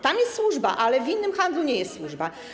Tam jest służba, ale w innym handlu to już nie jest służba.